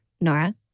Nora